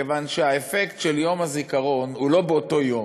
כיוון שהאפקט של יום הזיכרון הוא לא באותו יום: